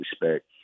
respect